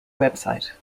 website